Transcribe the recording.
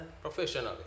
Professionally